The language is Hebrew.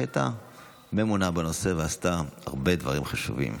שהייתה ממונה על נושא ועשתה הרבה דברים חשובים.